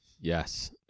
Yes